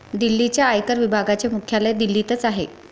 दिल्लीच्या आयकर विभागाचे मुख्यालय दिल्लीतच आहे